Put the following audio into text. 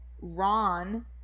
ron